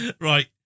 Right